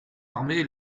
armée